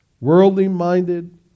Worldly-minded